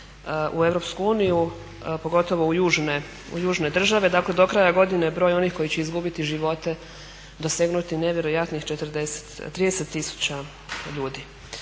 u EU pogotovo u južne države, dakle do kraja godine broj onih koji će izgubiti živote dosegnuti nevjerojatnih 30 tisuća ljudi.